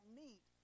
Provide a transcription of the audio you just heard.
meat